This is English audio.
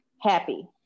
happy